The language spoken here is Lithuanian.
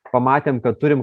pamatėme kad turim